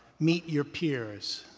meet your peers,